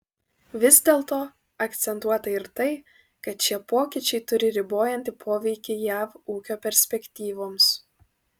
vis dėlto akcentuota ir tai kad šie pokyčiai turi ribojantį poveikį jav ūkio perspektyvoms